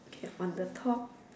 okay on the top